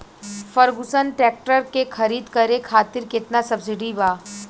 Ferguson tractor के खरीद करे खातिर केतना सब्सिडी बा?